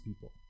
people